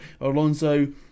Alonso